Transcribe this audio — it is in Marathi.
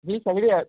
ही सगळी अ